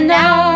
now